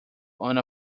one